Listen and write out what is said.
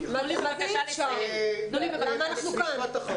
אז למה אנחנו כאן?